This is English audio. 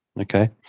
Okay